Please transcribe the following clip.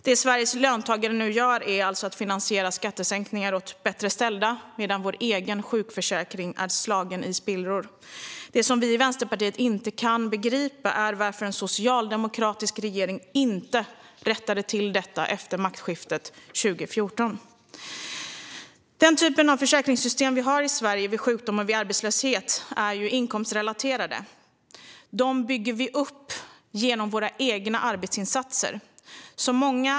Det som Sveriges löntagare nu gör är alltså att finansiera skattesänkningar åt bättre ställda, medan vår egen sjukförsäkring är slagen i spillror. Det som vi i Vänsterpartiet inte kan begripa är varför en socialdemokratisk regering inte rättade till detta efter maktskiftet 2014. De försäkringssystem som vi har i Sverige vid sjukdom och arbetslöshet är inkomstrelaterade. Vi bygger upp dem genom våra egna arbetsinsatser.